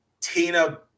Tina